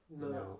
no